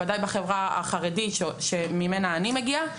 ודאי בחברה החרדית שממנה אני מגיעה.